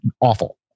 awful